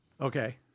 Okay